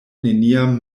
neniam